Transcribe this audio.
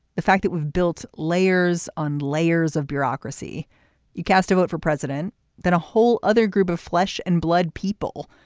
the fact that we've built layers on layers of bureaucracy you cast a vote for president that a whole other group of flesh and blood people.